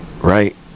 Right